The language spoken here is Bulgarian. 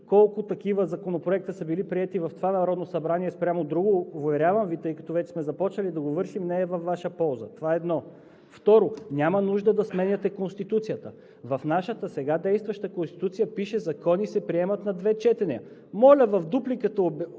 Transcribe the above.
колко такива законопроекта са били приети в това Народното събрание спрямо друго. Уверявам Ви, тъй като вече сме започнали да го вършим, не е във Ваша полза. Това едно. Второ, няма нужда да сменяте Конституцията. В нашата сега действаща Конституция пише: закони се приемат на две четения. Моля, обяснете